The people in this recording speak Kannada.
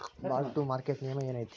ಮಾರ್ಕ್ ಟು ಮಾರ್ಕೆಟ್ ನಿಯಮ ಏನೈತಿ